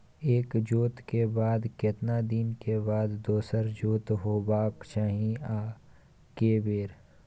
एक जोत के बाद केतना दिन के बाद दोसर जोत होबाक चाही आ के बेर?